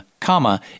comma